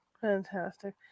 fantastic